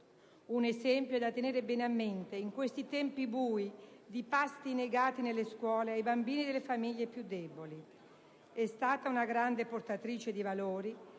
Un esempio da tenere bene a mente in questi tempi bui di pasti negati nelle scuole ai bambini delle famiglie più deboli! È stata una grande portatrice di valori